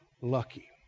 lucky